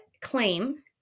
claim